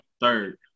third